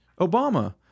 Obama